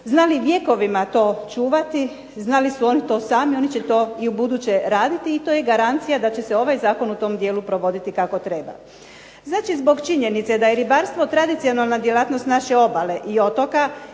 znali vjekovima to čuvati, znali su oni to sami, oni će to i ubuduće raditi i to je garancija da će se ovaj zakon u tom dijelu provoditi kako treba. Znači, zbog činjenice da je ribarstvo tradicionalna djelatnost naše obale i otoka